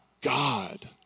God